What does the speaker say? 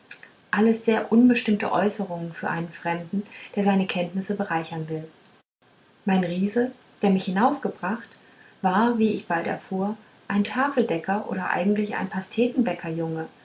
alles sehr unbestimmte äußerungen für einen fremden der seine kenntnisse bereichern will mein riese der mich hinaufgebracht war wie ich bald erfuhr ein tafeldecker oder eigentlich ein